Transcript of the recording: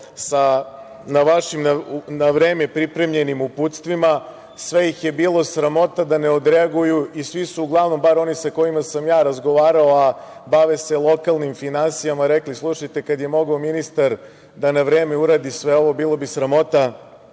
sa vašim, na vreme pripremljenim, uputstvima, sve ih je bilo sramota da ne odreaguju i svi su uglavnom, bar oni sa kojima sam ja razgovarao, a bave se lokalnim finansijama, rekli – slušajte, kad je mogao ministar da na vreme uradi sve ovo, bilo bi sramota